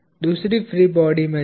दूसरे free body में जाओ